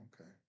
Okay